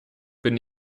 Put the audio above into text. bin